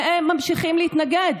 והם ממשיכים להתנגד.